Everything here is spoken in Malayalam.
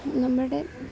നമ്മളുടെ